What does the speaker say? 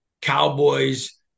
Cowboys